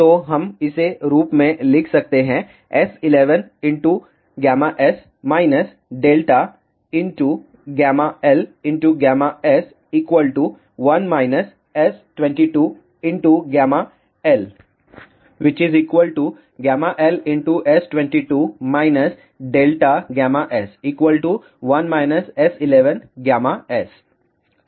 तो हम इसे रूप में लिख सकते हैं S11S LS1 S22LL1 S11S